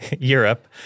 Europe